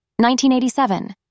1987